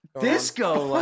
Disco